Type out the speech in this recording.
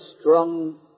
strong